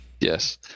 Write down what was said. Yes